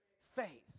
faith